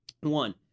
One